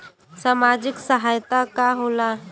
सामाजिक सहायता का होला?